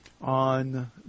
on